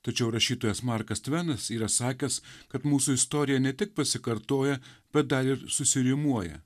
tačiau rašytojas markas tvenas yra sakęs kad mūsų istorija ne tik pasikartoja bet dar ir susirimuoja